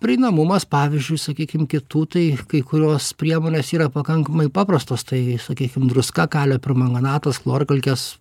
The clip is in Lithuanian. prieinamumas pavyzdžiui sakykim kitų tai kai kurios priemonės yra pakankamai paprastos tai sakykim druska kalio permanganatas chlorkalkės